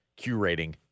curating